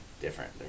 different